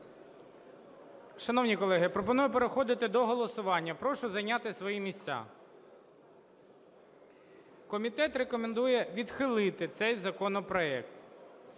Шановні колеги, пропоную переходити до голосування. Я прошу зайняти свої місця. Комітет рекомендує відхилити цей законопроект.